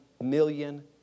million